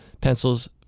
Pencils